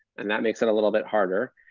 and that makes it a little bit harder.